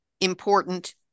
important